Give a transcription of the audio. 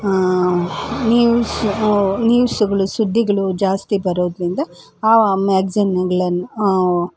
news ನ್ಯೂಸ್ಗಳು ಸುದ್ದಿಗಳು ಜಾಸ್ತಿ ಬರೋದರಿಂದ ಆ ಮ್ಯಾಗ್ಜಿನ್ಗಳನ್ನು